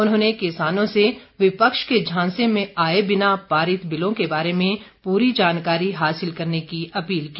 उन्होंने किसानों से विपक्ष के झांसे में आए बिना पारित बिलों के बारे में पूरी जानकारी हासिल करने की अपील की